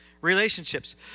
relationships